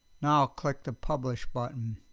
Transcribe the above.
now i'll click the publish button.